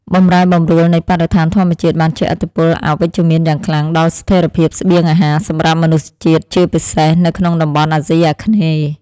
បម្រែបម្រួលនៃបរិស្ថានធម្មជាតិបានជះឥទ្ធិពលអវិជ្ជមានយ៉ាងខ្លាំងដល់ស្ថិរភាពស្បៀងអាហារសម្រាប់មនុស្សជាតិជាពិសេស នៅក្នុងតំបន់អាស៊ីអាគ្នេយ៍។